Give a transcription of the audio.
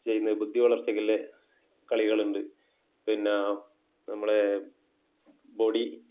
ചെയ്യുന്ന ബുദ്ധി വളർച്ചയ്ക്കുള്ള കളികളുണ്ട് പിന്നെ നമ്മളെ ബോഡി